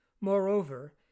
Moreover